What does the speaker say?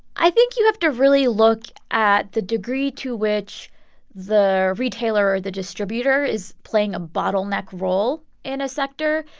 i think you have to really look at the degree to which the retailer or the distributor is playing a bottleneck role in a sector.